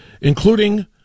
including